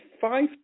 five